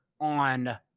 on